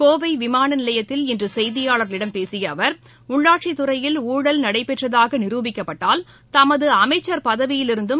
கோவை விமான நிலையத்தில் இன்று செய்தியாளர்களிடம் பேசிய அவர் உள்ளாட்சித் துறையில் ஊழல் நடைபெற்றதாக நிரூபிக்கப்பட்டால் தமது அமைச்சர் பதவியில் இருந்தும்